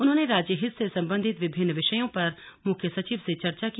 उन्होंने राज्य हित से सम्बन्धित विभिन्न विषयों पर मुख्य सचिव से चर्चा की